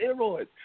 steroids